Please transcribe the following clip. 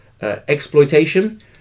exploitation